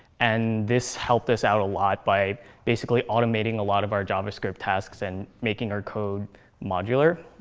and this helped us out a lot by basically automating a lot of our javascript tasks and making our code modular.